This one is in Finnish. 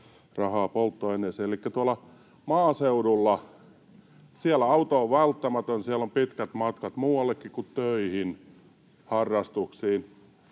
rahaa polttoaineeseen. Elikkä tuolla maaseudulla auto on välttämätön. Siellä on pitkät matkat muuallekin kuin töihin, harrastuksiin.